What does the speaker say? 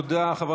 תודה.